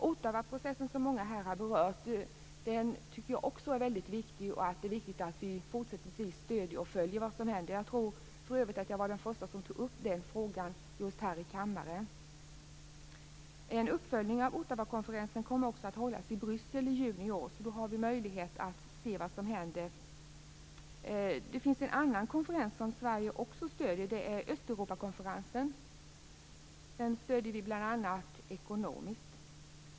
Ottawaprocessen, som många har berört här, är viktig. Det är viktigt att vi i fortsättningen stöder och följer vad som händer. Jag tror att jag var den första som tog upp denna fråga i kammaren. En uppföljning av Ottawakonferensen kommer att ske i Bryssel i juni i år. Då har vi möjlighet att se vad som händer. Det finns en annan konferens som Sverige stöder ekonomiskt - Östeuropakonferensen.